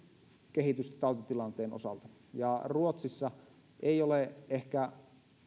kehitystä tautitilanteen osalta ja kun ruotsissa ei ole ehkä